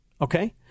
Okay